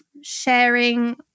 sharing